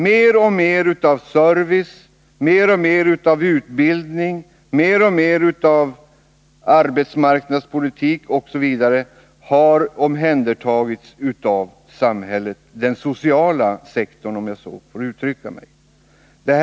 Mer och mer av service, utbildning, arbetsmarknadspolitik osv. har omhändertagits av samhället — av den sociala sektorn, om jag så får uttrycka mig.